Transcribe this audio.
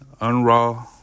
Unraw